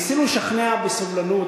ניסינו לשכנע בסבלנות,